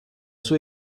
sua